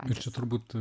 ir čia turbūt